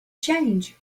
change